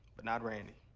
but not randy.